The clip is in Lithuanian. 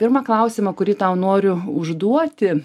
pirmą klausimą kurį tau noriu užduoti